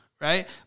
Right